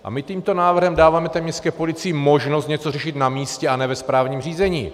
A my tímto návrhem dáváme městské policii možnost něco řešit na místě a ne ve správním řízení.